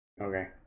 Okay